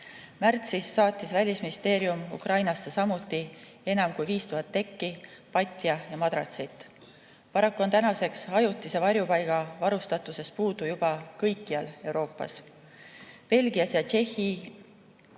Märtsis saatis Välisministeerium Ukrainasse enam kui 5000 tekki, patja ja madratsit. Paraku on tänaseks ajutise varjupaiga varustust puudu juba kõikjal Euroopas. Belgia, Tšehhi